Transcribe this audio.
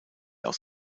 aus